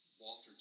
Walter